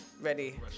ready